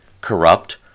corrupt